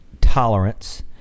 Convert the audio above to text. tolerance